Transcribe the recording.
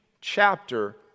chapter